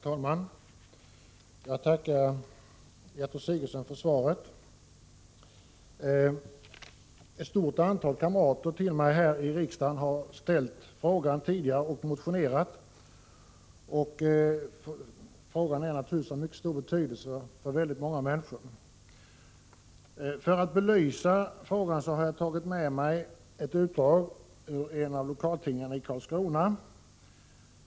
Herr talman! Jag tackar Gertrud Sigurdsen för svaret. Ett stort antal kamrater till mig här i riksdagen har tidigare ställt samma fråga och även motionerat i ämnet. Frågan är naturligtvis av mycket stor betydelse för väldigt många människor. För att belysa frågan har jag tagit med mig ett utdrag ur en av lokaltidningarna i Karlskrona.